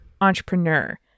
entrepreneur